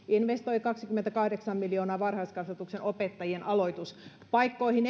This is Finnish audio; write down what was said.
investoi kaksikymmentäkahdeksan miljoonaa varhaiskasvatuksen opettajien aloituspaikkoihin